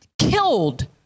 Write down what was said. killed